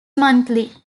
monthly